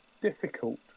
difficult